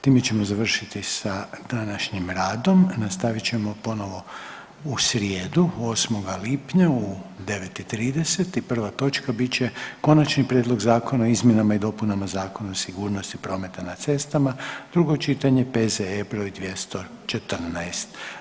Time ćemo završiti sa današnjim radom, nastavit ćemo ponovo u srijedu 8. lipnja u 9 i 30 i prva točka bit će Konačni prijedlog zakona o izmjenama i dopunama Zakona o sigurnosti prometa na cestama, drugo čitanje, P.Z.E. br. 214.